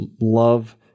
love